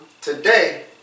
today